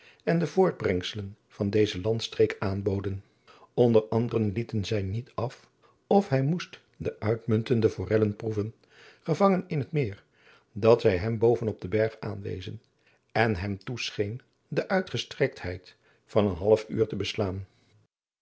en de voortbrengselen van deze landstreek aanboden onder anderen lieten zij niet af of hij moest de uitmuntende forellen proeven gevangen in het meer dat zij hem boven op den berg aanwezen en hem toescheen de uitgestrektheid van een half uur te beadriaan